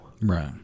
Right